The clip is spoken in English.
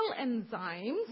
enzymes